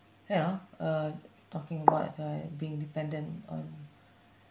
you know uh talking about that being dependent on